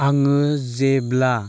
आङो जेब्ला